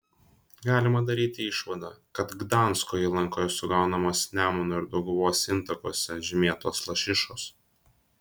galima daryti išvadą kad gdansko įlankoje sugaunamos nemuno ir dauguvos intakuose žymėtos lašišos